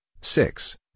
six